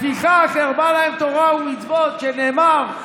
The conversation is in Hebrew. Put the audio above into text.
לפיכך הרבה להם תורה ומצוות, שנאמר: